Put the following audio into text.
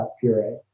puree